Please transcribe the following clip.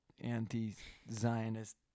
anti-Zionist